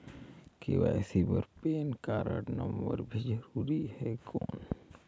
KYC बर PAN card number भी जरूरी हे कौन?